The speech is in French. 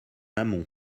amont